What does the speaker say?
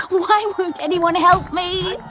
why won't anyone help me?